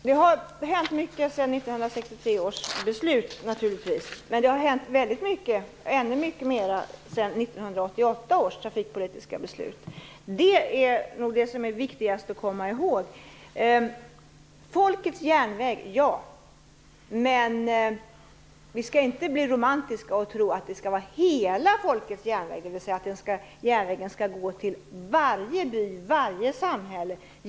Fru talman! Det har hänt mycket sedan 1963 års beslut fattades. Men det har hänt ännu mycket mer sedan 1988 års trafikpolitiska beslut. Det är nog det viktigaste att komma ihåg. Ja, vi skall ha folkets järnväg, men vi skall inte bli romantiska och tro att det skall vara hela folkets järnväg, dvs. att järnvägen skall gå till varje by och varje samhälle.